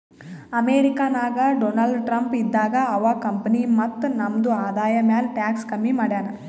America ನಾಗ್ Donald Trump ಇದ್ದಾಗ ಅವಾ ಕಂಪನಿ ಮತ್ತ ನಮ್ದು ಆದಾಯ ಮ್ಯಾಲ ಟ್ಯಾಕ್ಸ್ ಕಮ್ಮಿ ಮಾಡ್ಯಾನ್